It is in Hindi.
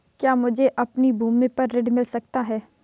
क्या मुझे अपनी भूमि पर ऋण मिल सकता है?